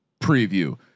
preview